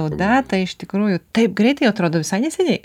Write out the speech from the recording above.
o datą iš tikrųjų taip greitai atrodo visai neseniai